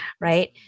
right